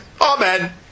Amen